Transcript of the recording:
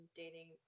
dating